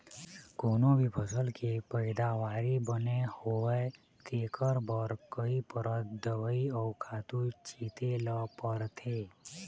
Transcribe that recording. कोनो भी फसल के पइदावारी बने होवय तेखर बर कइ परत दवई अउ खातू छिते ल परथे